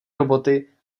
roboty